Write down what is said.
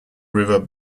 river